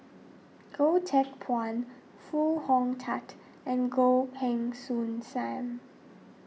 Goh Teck Phuan Foo Hong Tatt and Goh Heng Soon Sam